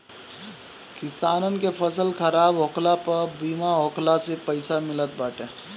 किसानन के फसल खराब होखला पअ बीमा होखला से पईसा मिलत बाटे